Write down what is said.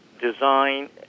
design